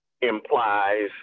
implies